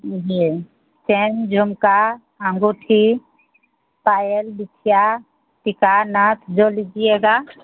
जी chain झुमका अंगूठी पायल बिछिया टीका नथ जो लीजिएगा